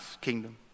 kingdom